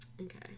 Okay